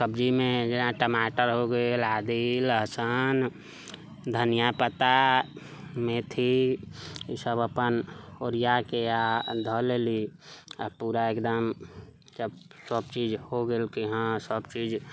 सब्जीमे जेना टमाटर हो गेलै आदी लहसुन धनिया पत्ता मेथी ईसभ अपन ओरियाके आ धो लेलीह आ पूरा एकदम जब सभ चीज हो गेल कि हँ सभ चीज